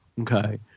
Okay